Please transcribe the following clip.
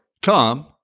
Tom